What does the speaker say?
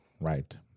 Right